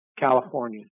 California